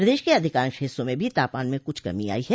प्रदेश के अधिकांश हिस्सों में भी तापमान में कुछ कमी आयी है